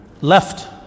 left